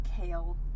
kale